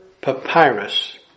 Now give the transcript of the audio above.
papyrus